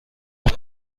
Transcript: noch